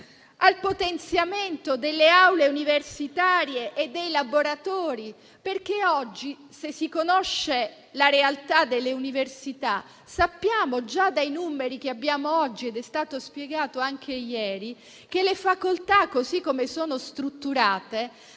di potenziamento delle aule universitarie e dei laboratori. Se si conosce la realtà delle università, sappiamo già dai numeri che abbiamo oggi - ed è stato spiegato anche ieri - che le facoltà, così come sono strutturate,